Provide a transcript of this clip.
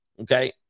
Okay